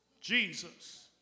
Jesus